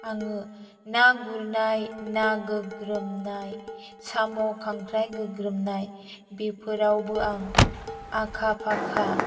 आङो ना गुरनाय ना गोग्रोमनाय साम' खांख्राय गोग्रोमनाय बेफोरावबो आं आखा फाखा